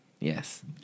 Yes